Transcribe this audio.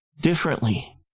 differently